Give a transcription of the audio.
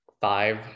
Five